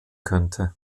könnte